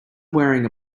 wearing